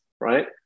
right